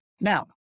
Now